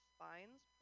Spines